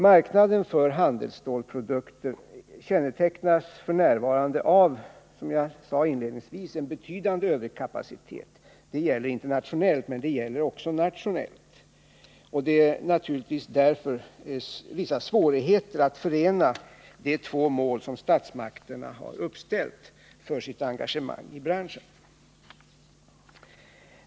Marknaden för handelsstålsprodukter kännetecknas f.n. av, som jag inledningsvis sade, en betydande överkapacitet. Det gäller internationellt och även nationellt. Därför finns det naturligtvis vissa svårigheter att förena de två mål som statsmakterna har uppställt för sitt engagemang i branschen.